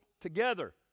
together